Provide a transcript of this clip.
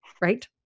right